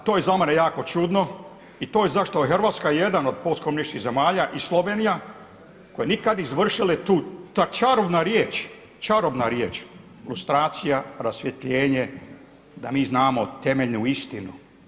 A to je za mene jako čudno i to je zašto je Hrvatska jedan od postkomunističkih zemalja i Slovenija koje nikada izvršile tu, ta čarobna riječ, čarobna riječ lustracija, rasvjetljenje, da mi znamo temeljnu istinu.